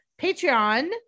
Patreon